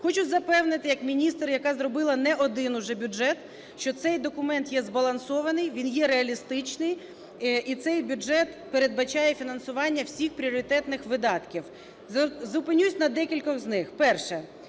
Хочу запевнити як міністр, яка зробила не один уже бюджет, що цей документ є збалансований, він є реалістичний і цей бюджет передбачає фінансування всіх пріоритетних видатків. Зупинюсь на декількох з них. Перше.